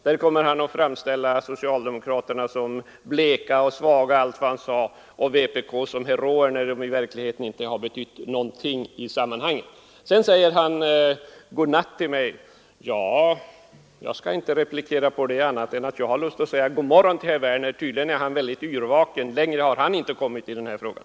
Då kommer han att framställa socialdemokraterna som bleka och svaga — och allt vad herr Werner här sade — och vpk som heroer, när kommunisterna i verkligheten inte har betytt någonting i sammanhanget. Sedan sade herr Werner godnatt till mig, och jag skall inte replikera på det på annat sätt än att jag har lust att säga god morgon till herr Werner, eftersom han tydligen är väldigt yrvaken. Längre har han inte kommit i den här frågan.